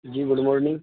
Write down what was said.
G good morning